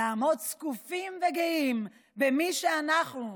נעמוד זקופים וגאים במי שאנחנו,